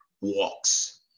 walks